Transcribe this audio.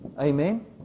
amen